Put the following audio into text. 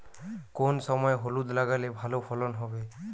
কোন সময় হলুদ লাগালে ভালো ফলন হবে?